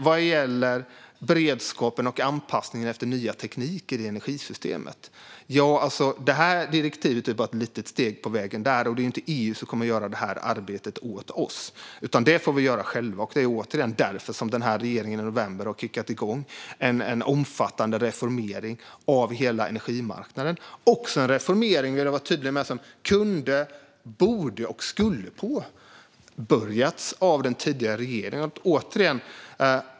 Vad gäller beredskapen och anpassningen till nya tekniker i energisystemet är detta direktiv bara ett litet steg på vägen. EU kommer heller inte att göra detta arbete åt oss, utan det får vi göra själva. Det var, återigen, därför som denna regering i november kickade igång en omfattande reformering av hela energimarknaden. Jag vill vara tydlig med att denna reformering kunde, borde och skulle ha påbörjats av den tidigare regeringen.